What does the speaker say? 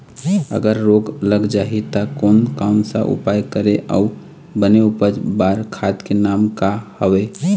अगर रोग लग जाही ता कोन कौन सा उपाय करें अउ बने उपज बार खाद के नाम का हवे?